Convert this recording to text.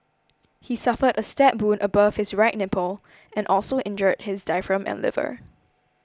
he suffered a stab wound above his right nipple and also injured his diaphragm and liver